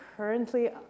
Currently